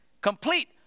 complete